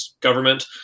government